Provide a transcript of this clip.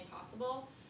possible